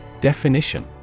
Definition